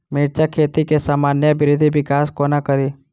मिर्चा खेती केँ सामान्य वृद्धि विकास कोना करि?